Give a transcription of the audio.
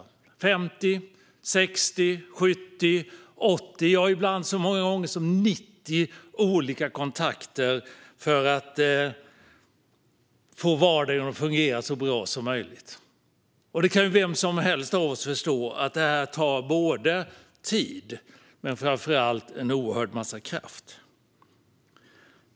Det kan handla om 50, 60, 70, 80 eller ibland så många som 90 olika kontakter för att få vardagen att fungera så bra som möjligt. Vem som helst av oss kan förstå att detta tar både tid och - framför allt - en oerhörd massa kraft.